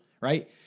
right